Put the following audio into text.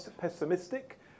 pessimistic